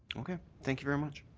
thank you very much.